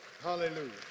Hallelujah